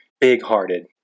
Big-hearted